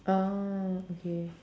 oh okay